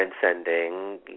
transcending